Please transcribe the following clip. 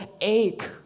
ache